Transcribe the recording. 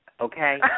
okay